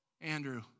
Andrew